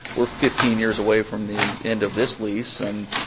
we're fifteen years away from the end of this lease and,